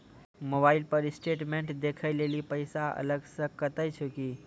Mobile पर statement देखे लेली पैसा अलग से कतो छै की?